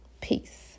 Peace